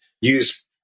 use